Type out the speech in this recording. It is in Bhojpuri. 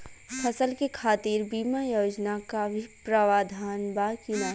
फसल के खातीर बिमा योजना क भी प्रवाधान बा की नाही?